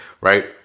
right